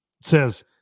says